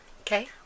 Okay